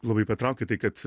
labai patraukė tai kad